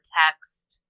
text